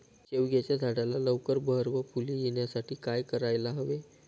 शेवग्याच्या झाडाला लवकर बहर व फूले येण्यासाठी काय करायला हवे?